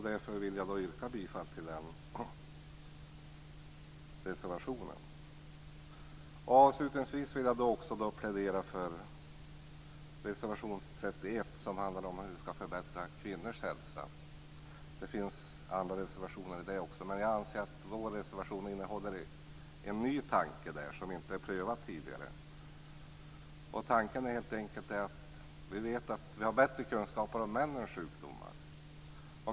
Därför vill jag yrka bifall till reservationen. Avslutningsvis vill jag också plädera för reservation 31, som handlar om hur vi skall förbättra kvinnors hälsa. Det finns även andra reservationer om detta, men jag anser att vår reservation innehåller en ny tanke som inte är prövad tidigare. Tanken är helt enkelt denna: Vi vet att vi har bättre kunskap om männens sjukdomar.